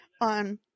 on